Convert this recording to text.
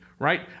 Right